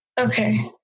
Okay